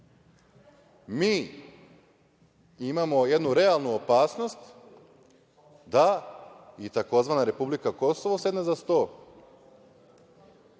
mi imamo jednu realnu opasnost da i tzv. republika Kosovo sedne za sto